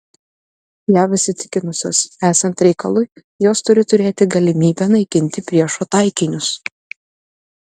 jav įsitikinusios esant reikalui jos turi turėti galimybę naikinti priešo taikinius